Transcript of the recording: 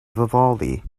vivaldi